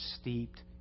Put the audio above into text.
steeped